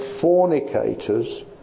fornicators